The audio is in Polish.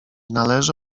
należy